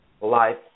life